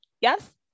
Yes